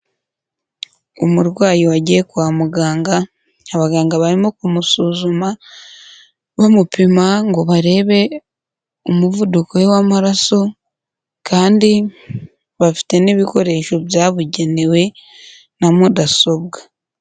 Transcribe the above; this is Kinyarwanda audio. Umurwayi wagiye kwa muganga abaganga barimo kumusuzuma bamupima ngo barebe umuvuduko we w'amaraso, kandi bafite n'ibikoresho byabugenewe na mudasobwa.